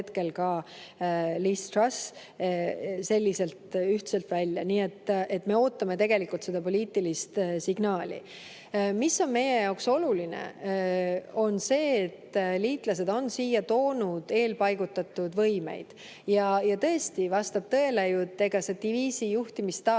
hetkel ka Liz Truss seda selliselt välja. Nii et me ootame tegelikult seda poliitilist signaali. Meie jaoks oluline on see, et liitlased on siia toonud eelpaigutatud võimeid. Vastab tõele, et diviisi juhtimisstaap